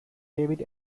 david